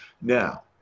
Now